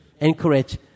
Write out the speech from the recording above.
encourage